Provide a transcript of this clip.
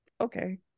Okay